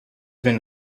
been